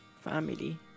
family